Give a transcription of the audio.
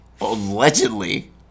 Allegedly